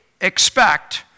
expect